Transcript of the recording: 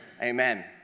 Amen